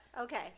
Okay